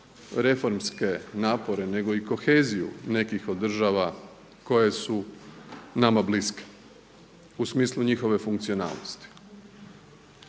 reformske napore nego i koheziju nekih od država koje su nama bliske, u smislu njihove funkcionalnosti.